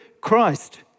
Christ